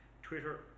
Twitter